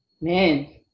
man